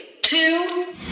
two